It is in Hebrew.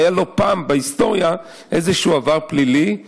היה לו פעם בהיסטוריה איזשהו עבר פלילי,